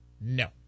No